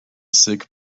sick